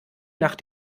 nach